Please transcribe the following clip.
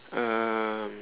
uh